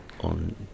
on